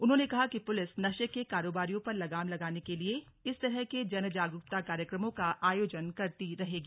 उन्होंने कहा कि पुलिस नशे के कारोबारियों पर लगाम लगाने के लिए इस तरह के जनजागरूकता कार्यक्रमों का आयोजन करती रहेगी